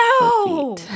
No